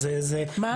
מ-2007?